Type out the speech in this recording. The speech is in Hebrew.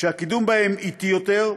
שהקידום בהם הוא אטי יותר,